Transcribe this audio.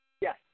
Yes